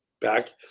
back